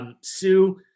Sue